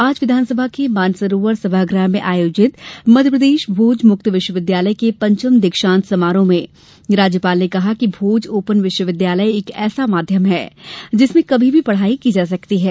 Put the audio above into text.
आज विधानसभा के मानसरोवर सभागृह में आयोजित मध्यप्रदेश भोज मुक्त विश्वविद्यालय के पंचम दीक्षांत समारोह में राज्यपाल ने कहा कि भोज ओपन विश्वविद्यालय एक ऐसा माध्यम है जिसमें कभी भी पढ़ाई की जा सकती है